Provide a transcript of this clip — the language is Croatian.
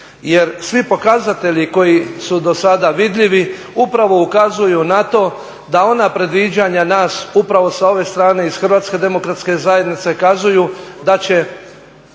Jer svi pokazatelji koji su dosada vidljivi upravo ukazuju na to da ona predviđanja nas upravo sa ove strane iz HDZ-a kazuju da će